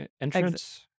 entrance